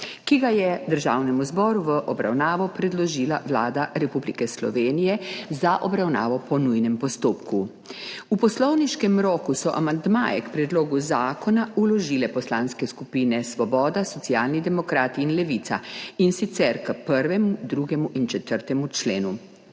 ki ga je Državnemu zboru v obravnavo predložila Vlada Republike Slovenije za obravnavo po nujnem postopku. V poslovniškem roku so amandmaje k predlogu zakona vložile poslanske skupine Svoboda, Socialni demokrati in Levica, in sicer k 1., 2. in 4. členu.